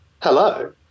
hello